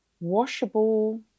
washable